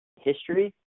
history